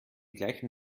gleichen